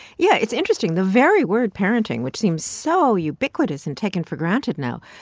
yeah, it's interesting. the very word parenting, which seems so ubiquitous and taken for granted now,